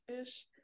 ish